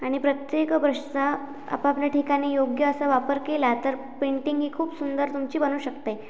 आणि प्रत्येक ब्रशचा आपापल्या ठिकाणी योग्य असा वापर केला तर पेंटिंग ही खूप सुंदर तुमची बनू शकते